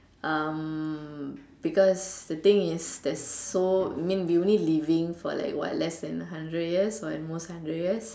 um because the thing is there's so mean we only living for like what less than hundred years but at most hundred years